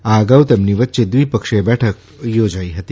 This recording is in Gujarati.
આ અગાઉ તેમની વચ્ચે દ્વિપક્ષી બેઠક યોજાઇ હતી